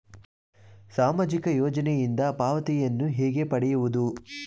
ಸಾಮಾಜಿಕ ಯೋಜನೆಯಿಂದ ಪಾವತಿಯನ್ನು ಹೇಗೆ ಪಡೆಯುವುದು?